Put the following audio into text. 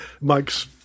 Mike's